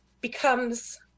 becomes